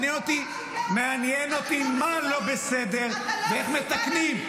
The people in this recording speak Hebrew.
מעניין אותי מה לא בסדר ואיך מתקנים.